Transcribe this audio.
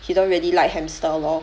he don't really like hamster lor